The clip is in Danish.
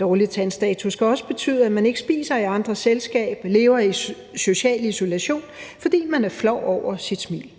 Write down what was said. Dårlig tandstatus kan også betyde, at man ikke spiser i andres selskab, og lever i social isolation, fordi man er flov over sit smil.